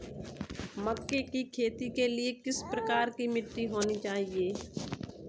मक्के की खेती के लिए किस प्रकार की मिट्टी होनी चाहिए?